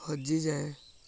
ଆଜି ଯାଏ